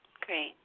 Great